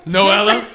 Noella